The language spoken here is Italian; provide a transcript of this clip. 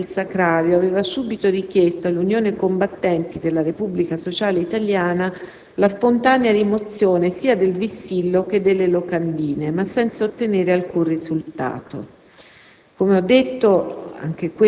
L'ufficiale responsabile del Sacrario aveva subito richiesto all'Unione Combattenti della Repubblica sociale italiana la spontanea rimozione sia del vessillo che delle locandine, ma senza ottenere alcun risultato.